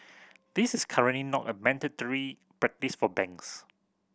this is currently not a mandatory practise for banks